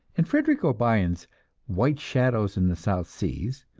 in frederick o'brien's white shadows in the south seas,